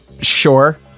Sure